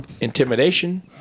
Intimidation